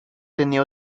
tenía